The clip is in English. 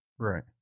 Right